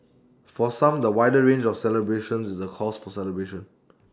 for some the wider range of celebrations is A cause for celebration